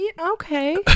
Okay